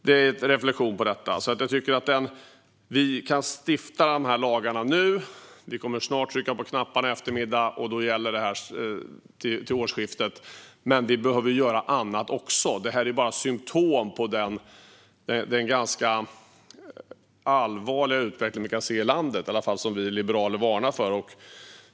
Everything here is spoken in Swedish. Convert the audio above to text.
Det är en reflektion på detta. Jag tycker att vi kan stifta dessa lagar nu. Vi kommer att trycka på knapparna nu i eftermiddag, och då gäller det här från årsskiftet. Men vi behöver också göra annat, för det här är bara symtom på den ganska allvarliga utveckling vi kan se i landet och som vi liberaler varnar för.